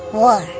war